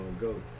go